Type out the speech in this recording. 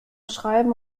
schreiben